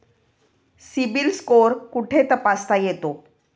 CIBIL score कुठे तपासता येतो?